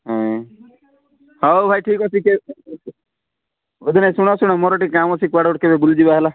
ହଁ ହଉ ଭାଇ ଠିକ ଅଛି କେ ବୁଝିଲେ ଶୁଣ ଶୁଣ ମୋର ଏଠି କାମ ଅଛି କୁଆଡ଼େ ଗୋଟେ କେବେ ବୁଲିଯିବା ହେଲା